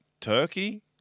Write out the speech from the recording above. Turkey